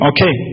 Okay